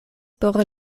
por